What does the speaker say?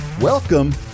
Welcome